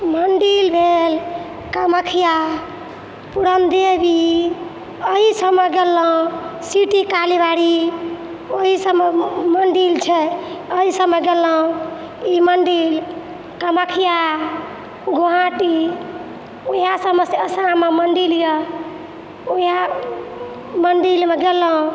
मन्दिर भेल कामख्या पूरन देवी एहिसबमे गेलौँ सिटी काली बाड़ी ओहिसबमे मन्दिर छै एहिसबमे गेलौँ ई मन्दिर कामख्या गोहाटी वएह सबमे आसाममे मन्दिर अइ वएह मन्दिरमे गेलौँ